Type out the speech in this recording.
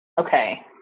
okay